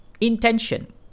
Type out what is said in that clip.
intention